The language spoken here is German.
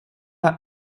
hat